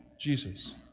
Jesus